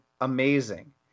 amazing